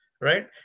right